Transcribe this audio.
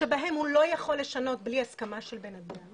שבהם הוא לא יכול לשנות בלי הסכמה של בן אדם